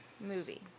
Movie